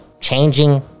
changing